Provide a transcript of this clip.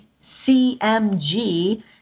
CMG